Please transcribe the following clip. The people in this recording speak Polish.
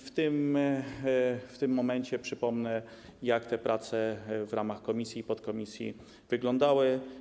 W tym momencie przypomnę, jak te prace w ramach komisji i podkomisji wyglądały.